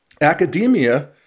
academia